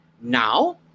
Now